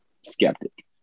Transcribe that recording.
skeptic